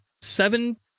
seven